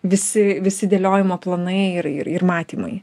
visi visi dėliojimo planai ir ir matymai